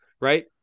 Right